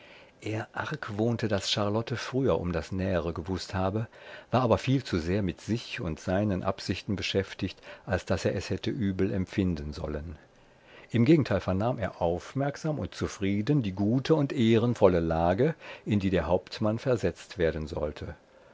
er argwohnte daß charlotte früher um das nähere gewußt habe war aber viel zu sehr mit sich und seinen absichten beschäftigt als daß er es hätte übel empfinden sollen im gegenteil vernahm er aufmerksam und zufrieden die gute und ehrenvolle lage in die der hauptmann versetzt werden sollte